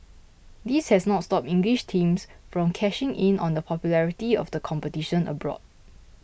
this has not stopped English teams from cashing in on the popularity of the competition abroad